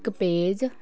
ਇੱਕ ਪੇਜ